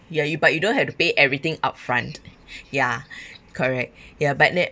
ya you but you don't have to pay everything up front ya correct ya but it